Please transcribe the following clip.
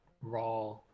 raw